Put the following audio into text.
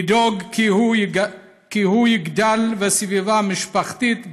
לדאוג כי הוא יגדל בסביבה משפחתית,